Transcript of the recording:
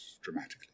dramatically